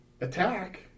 attack